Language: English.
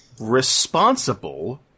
responsible